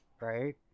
right